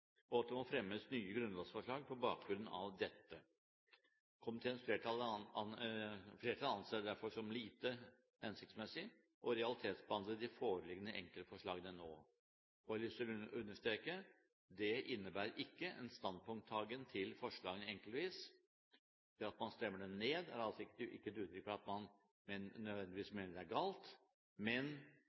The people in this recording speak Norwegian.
og at det må fremmes nye grunnlovsforslag på bakgrunn av dette. Komiteens flertall anser det derfor som lite hensiktsmessig å realitetsbehandle de foreliggende enkeltforslagene nå. Jeg har lyst til å understreke: Det innebærer ikke en standpunkttagen til forslagene enkeltvis. Det at man stemmer dem ned, er altså ikke et uttrykk for at man nødvendigvis mener det er galt.